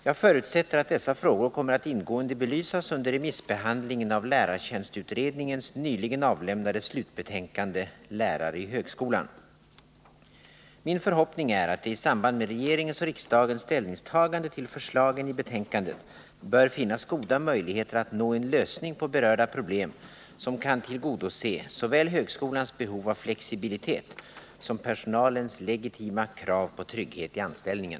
Jag förutsätter att dessa frågor kommer att ingående belysas under remissbehandlingen av lärartjänstutredningens nyligen avlämnade slutbetänkande Lärare i högskolan. Min förhoppning är att det i samband med regeringens och riksdagens ställningstagande till förslagen i betänkandet bör finnas goda möjligheter att nå en lösning på berörda problem som kan tillgodose såväl högskolans behov av flexibilitet som personalens legitima krav på trygghet i anställningen.